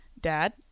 Dad